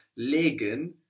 Legen